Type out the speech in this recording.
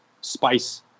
spice